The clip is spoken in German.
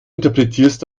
interpretierst